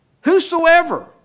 whosoever